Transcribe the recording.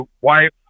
wife